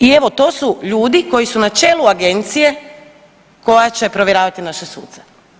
I evo to su ljudi koji su na čelu agencije koja će provjeravati naše suce.